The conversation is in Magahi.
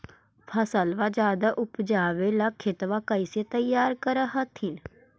फसलबा ज्यादा उपजाबे ला खेतबा कैसे तैयार कर हखिन?